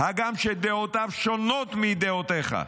הגם שדעותיו שונות מדעותיך,